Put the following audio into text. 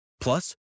Plus